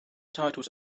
titles